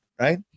right